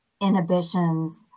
inhibitions